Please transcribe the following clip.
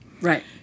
Right